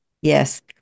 Yes